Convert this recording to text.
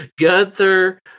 Gunther